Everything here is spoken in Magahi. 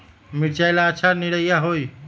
मिर्च ला अच्छा निरैया होई?